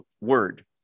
word